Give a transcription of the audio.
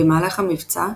במהלך המבצע,